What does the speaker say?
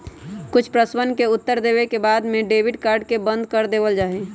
कुछ प्रश्नवन के उत्तर देवे के बाद में डेबिट कार्ड के बंद कर देवल जाहई